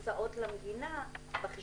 כמה הוצאות חסכתם למדינה בחישובים?